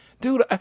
Dude